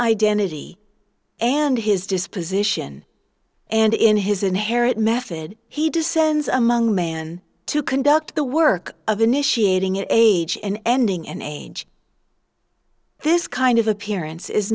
identity and his disposition and in his inherent method he descends among men to conduct the work of initiating age and ending in age this kind of appearance is